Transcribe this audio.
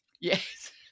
Yes